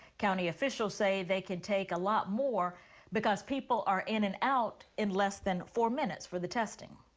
county officials say they could take a lot more because people are in and out in less than four minutes for the testing.